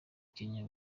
kenya